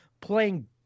playing